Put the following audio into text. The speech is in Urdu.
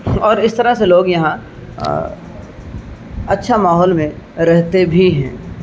اور اس طرح سے لوگ یہاں اچھا ماحول میں رہتے بھی ہیں